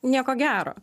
nieko gero